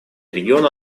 региона